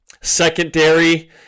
secondary